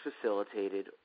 facilitated